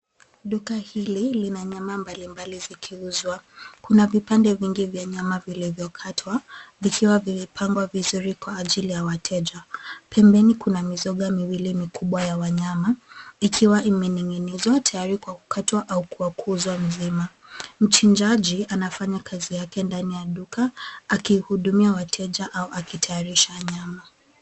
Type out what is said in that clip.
Duka hili lina nyama mbalimbali zikiuzwa. Kuna vipande vingi vya nyama vilivyokatwa vikiwa vimepangwa vizuri kwa ajili ya wateja. Pembeni kuna mizoga miwili mikubwa ya wanyama ikiwa imening'inizwa tayari kukatwa au kuuzwa mzima. Mchinjaji anafanya kazi yake ndani ya duka, akihudumia wateja au akitayarisha nyama.